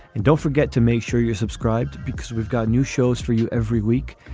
and don't forget to make sure you subscribed because we've got new shows for you every week.